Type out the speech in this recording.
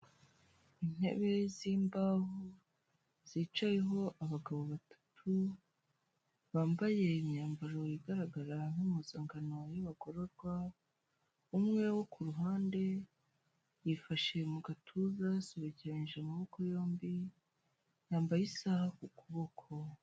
Intebe z’imbaho zicayeho abagabo batatu bambaye imyambaro igaragara nk’impuzankano y'abagororwa, umwe wo ku ruhande yifashe mu gatuza asobekeranyije amaboko yombi, yambaye isaha ku kuboko.